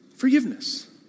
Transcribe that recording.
Forgiveness